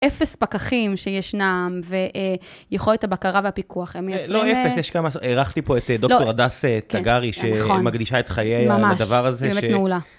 אפס פקחים שישנם, ויכולת הבקרה והפיקוח, הם מייצגים את זה. לא אפס, יש כמה, ארחתי פה את דוקטור הדס תגארי, שמקדישה את חייה, הדבר הזה, ש...